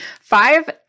Five